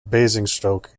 basingstoke